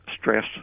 stress